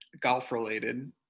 golf-related